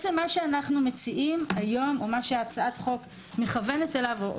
מה שאנו מציעים היום או מה שהצעת החוק מכוונת אליו או